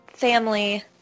Family